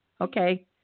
Okay